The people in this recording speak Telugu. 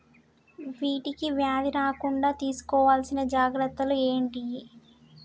వీటికి వ్యాధి రాకుండా తీసుకోవాల్సిన జాగ్రత్తలు ఏంటియి?